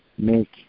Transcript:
make